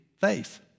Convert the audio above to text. faith